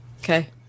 Okay